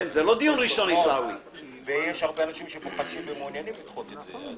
יש הרבה אנשים שמעוניינים לדחות את זה.